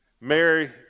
Mary